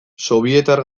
sobietar